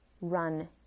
run